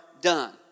done